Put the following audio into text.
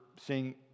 seeing